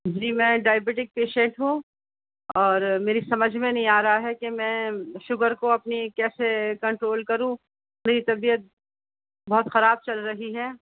جی میں diabetic patient ہوں اور میری سمجھ میں نہیں آ رہا ہے کہ میں شوگر کو اپنی کیسے کنٹرول کروں تھوڑی طبیعت بہت خراب چل رہی ہے